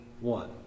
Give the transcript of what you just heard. one